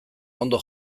ondo